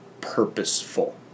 purposeful